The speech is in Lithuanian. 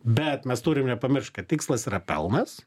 bet mes turim nepamiršt kad tikslas yra pelnas